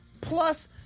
plus